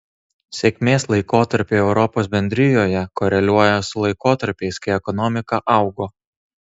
sėkmės laikotarpiai europos bendrijoje koreliuoja su laikotarpiais kai ekonomika augo